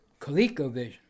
ColecoVision